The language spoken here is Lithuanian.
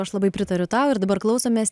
aš labai pritariu tau ir dabar klausomės